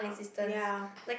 ya